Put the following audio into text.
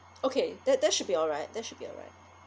okay that that should be alright that should be alright